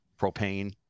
propane